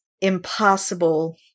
impossible